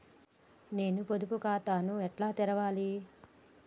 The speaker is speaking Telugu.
నేను పొదుపు ఖాతాను ఎట్లా తెరవాలి?